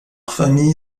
famille